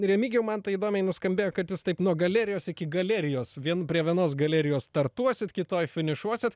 remigijau man tai įdomiai nuskambėjo kad jūs taip nuo galerijos iki galerijos vien prie vienos galerijos startuosit kitoj finišuosit